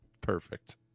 Perfect